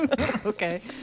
okay